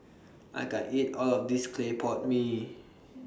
I can't eat All of This Clay Pot Mee